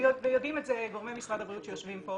ויודעים את זה גורמי משרד הבריאות שיושבים פה,